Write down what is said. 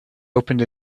opened